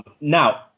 Now